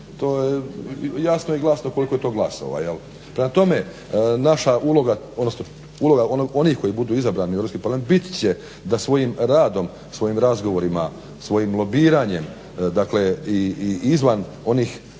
to je jasno i glasno koliko je to glasova. Prema tome naša uloga, odnosno uloga onih koji budu izabrani u Europski parlament bit će da svojim radom, svojim razgovorima, svojim lobiranjem, dakle i izvan onog